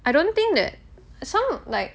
I don't think that some like